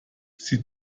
sie